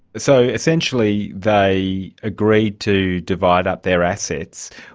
so essentially they agreed to divide up their assets.